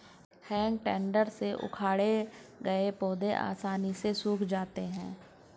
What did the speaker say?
हेइ टेडर से उखाड़े गए पौधे आसानी से सूख जाते हैं